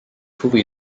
huvi